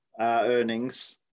earnings